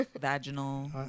vaginal